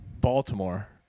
baltimore